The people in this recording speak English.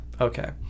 Okay